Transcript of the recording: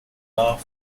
law